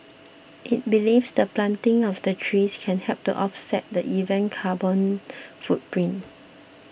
it believes the planting of the trees can help to offset the event carbon footprint